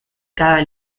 cada